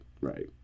Right